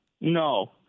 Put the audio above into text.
No